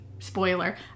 Spoiler